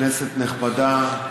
כנסת נכבדה,